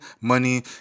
money